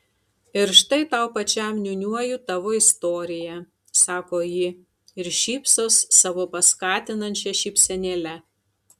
ir štai tau pačiam niūniuoju tavo istoriją sako ji ir šypsos savo paskatinančia šypsenėle